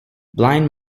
blind